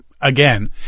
again